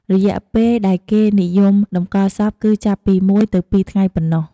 រយៈពេលដែលគេនិយមតម្កល់សពគឺចាប់ពី ១ទៅ២ ថ្ងៃប៉ុណ្ណោះ។